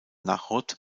náchod